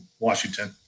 Washington